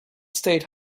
state